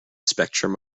spectrum